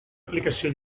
aplicació